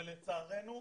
לצערנו,